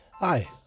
Hi